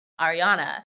Ariana